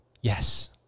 Yes